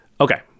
Okay